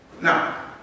Now